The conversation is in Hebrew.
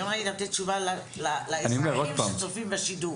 המגמה היא לתת תשובה לאזרחים שצופים בשידור.